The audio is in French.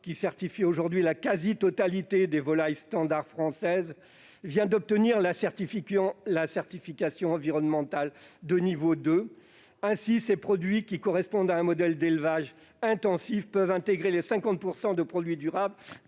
qui certifie aujourd'hui la quasi-totalité de la volaille standard française, vient d'obtenir la certification environnementale de niveau 2. Ainsi, ces produits, qui correspondent à un modèle d'élevage intensif, peuvent intégrer les 50 % de produits durables